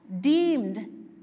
deemed